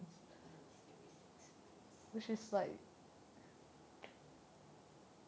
once every six months